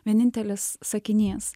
vienintelis sakinys